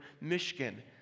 Michigan